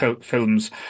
films